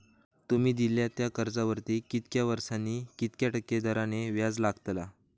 तुमि दिल्यात त्या कर्जावरती कितक्या वर्सानी कितक्या टक्के दराने व्याज लागतला?